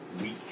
weak